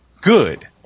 good